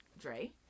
Dre